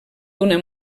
d’una